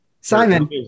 Simon